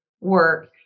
work